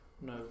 No